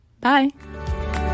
Bye